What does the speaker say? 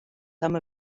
some